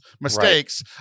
mistakes